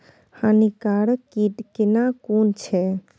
हानिकारक कीट केना कोन छै?